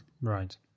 Right